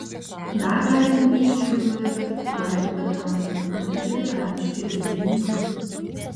dar kaltinimai šioje byloje pateikti vaidui petrauskui andriui federavičiui ir virginijui juknai